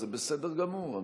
זה בסדר גמור,